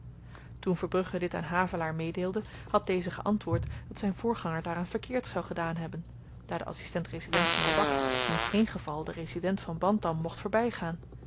toen verbrugge dit aan havelaar meedeelde had deze geantwoord dat zyn voorganger daaraan verkeerd zou gedaan hebben daar de adsistent resident van lebak in geen geval den resident van bantam mocht voorbygaan